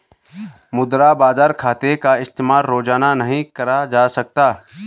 मुद्रा बाजार खाते का इस्तेमाल रोज़ाना नहीं करा जा सकता